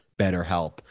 BetterHelp